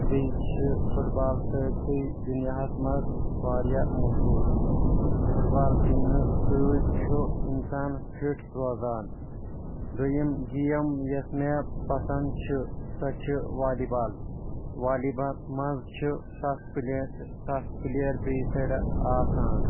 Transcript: بییٚہ چھِ football سارۍسٕے دُنیاہس منٛز واریاہ مہشور فٹ بال گنٛدنہٕ سۭتۍ چھُ انسان فِٹ روزان دویِم گیم یۄس مےٚ پسنٛد چھِ سۄ چھِ والی بال والی بال منٛز چھِ ستھ پٕلیر ستھ پٕلیر بییٚہِ سایڈ آسان